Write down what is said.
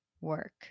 work